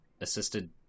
Assisted